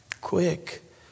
quick